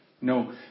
No